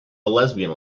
lesbian